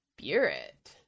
spirit